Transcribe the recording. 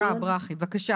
בבקשה